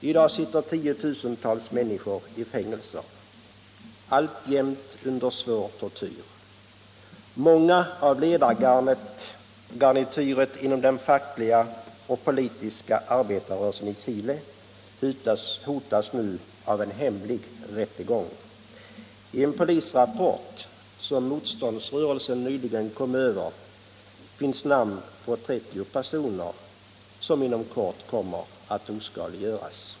I dag sitter tiotusentals människor i fängelser, alltjämt under svår tortyr. Många som tillhör ledargarnityret inom den fackliga och politiska arbetarrörelsen i Chile hotas nu av en hemlig rättegång. I en polisrapport — som motståndsrörelsen nyligen kom över — finns namn på 30 personer som skall oskadliggöras.